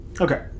Okay